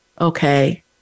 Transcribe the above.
okay